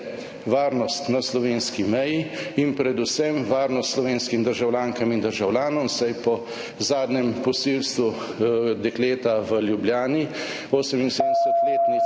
varnost na slovenski meji in predvsem varnost slovenskim državljankam in državljanom? Saj po zadnjem posilstvu dekleta v Ljubljani, 87-letnice